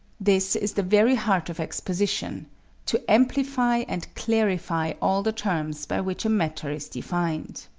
this is the very heart of exposition to amplify and clarify all the terms by which a matter is defined.